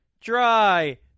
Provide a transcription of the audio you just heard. dry